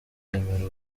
twemera